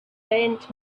faint